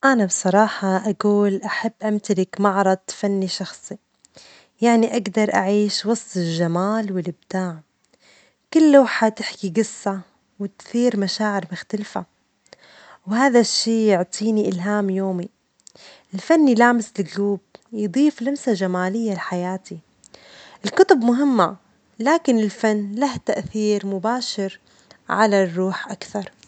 أنا بصراحة أجول أحب امتلك معرض فني شخصي، يعني أجدر أعيش وسط الجمال والإبداع، كل لوحة تحكي جصة وتثير مشاعر مختلفة، وهذا الشيء يعطيني إلهام يومي، الفن يضيف لمسة جمالية لحياتي، الكتب مهمة، لكن الفن له تأثير مباشر على الروح أكثر.